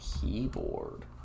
Keyboard